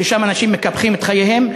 ששם אנשים מקפחים את חייהם,